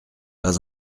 pas